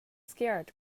scared